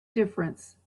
difference